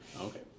Okay